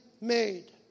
made